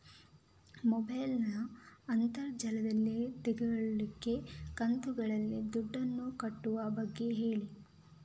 mobile ನ್ನು ಅಂತರ್ ಜಾಲದಲ್ಲಿ ತೆಗೋಲಿಕ್ಕೆ ಕಂತುಗಳಲ್ಲಿ ದುಡ್ಡನ್ನು ಕಟ್ಟುವ ಬಗ್ಗೆ ಹೇಳಿ